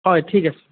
হয় ঠিক আছে